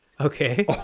Okay